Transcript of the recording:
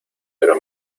pero